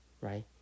right